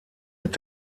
mit